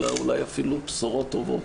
אלא אולי אפילו בשורות טובות.